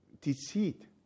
deceit